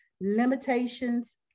limitations